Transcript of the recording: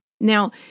Now